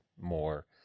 more